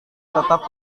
tetap